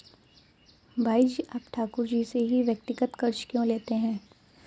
भाई जी आप ठाकुर जी से ही व्यक्तिगत कर्ज क्यों लेते हैं?